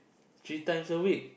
three times a week